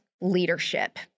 leadership